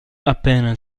appena